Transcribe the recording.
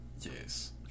Yes